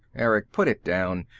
erick, put it down.